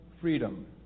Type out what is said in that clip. freedom